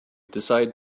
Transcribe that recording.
decided